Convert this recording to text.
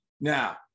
Now